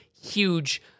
huge